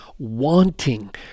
wanting